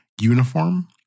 uniform